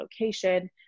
location